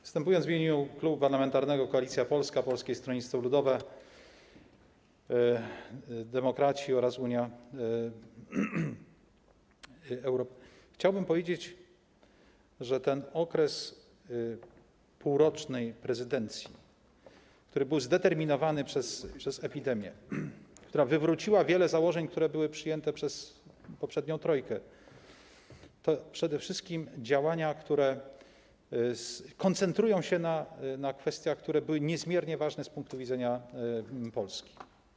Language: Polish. Występując w imieniu klubu parlamentarnego Koalicja Polska - Polskie Stronnictwo Ludowe, demokraci oraz unia, chciałbym powiedzieć, że okres półrocznej prezydencji, który był zdeterminowany przez epidemię, która wywróciła wiele założeń, które zostały przyjęte przez poprzednią trójkę, to przede wszystkim czas podejmowania działań, które koncentrują się na kwestiach, które były niezmiernie ważne z punktu widzenia Polski.